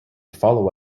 follow